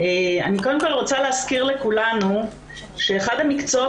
אני רוצה להזכיר לכולנו שאחד המקצועות